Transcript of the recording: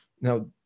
Now